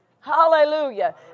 Hallelujah